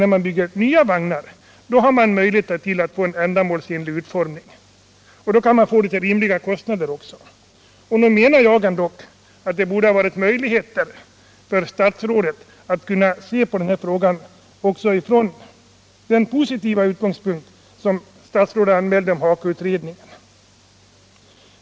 När man bygger nya vagnar är det däremot möjligt att få dem ändamålsenligt utformade till rimliga kostnader. Nog borde det varit möjligt för statsrådet att se på denna fråga från lika positiv utgångspunkt som statsrådet hade i fråga om HAKO-utredningen.